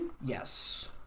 Yes